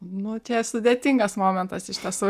nu čia sudėtingas momentas iš tiesų